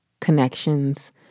connections